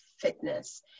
fitness